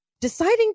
deciding